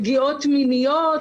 פגיעות מיניות.